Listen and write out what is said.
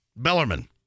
Bellerman